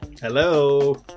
Hello